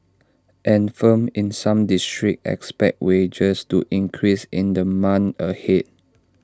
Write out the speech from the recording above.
and firms in some districts expect wages to increase in the months ahead